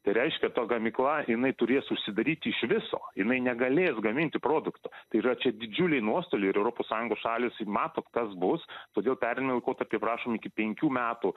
tai reiškia to gamykla jinai turės užsidaryti iš viso jinai negalės gaminti produkto tai yra čia didžiuliai nuostoliai ir europos sąjungos šalys mato kas bus todėl pereinamo laikotarpio prašome iki penkių metų